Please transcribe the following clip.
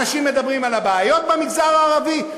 אנשים מדברים על הבעיות במגזר הערבי.